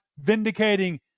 vindicating